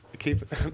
keep